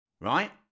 right